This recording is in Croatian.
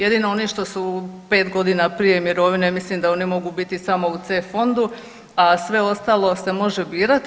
Jedino ono što su 5 godina prije mirovine mislim da oni mogu biti samo u C fondu, a sve ostalo se može birati.